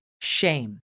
shame